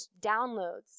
downloads